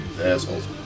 assholes